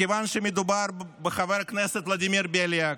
מכיוון שמדובר בחבר הכנסת ולדימיר בליאק,